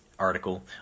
article